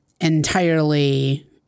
entirely